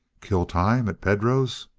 kill time! at pedro's?